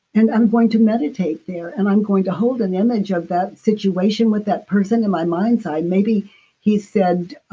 and i'm going to meditate there, and i'm going to hold an image of that situation with that person in my mind's eye. maybe he said,